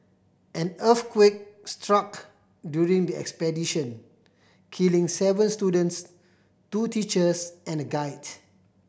an earthquake struck during the expedition killing seven students two teachers and a guide